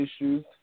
issues